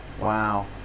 wow